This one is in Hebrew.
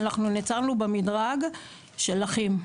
אנחנו נעצרנו במדרג של אחים,